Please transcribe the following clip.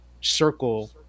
circle